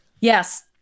Yes